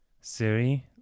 Siri